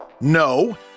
No